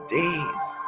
days